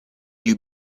you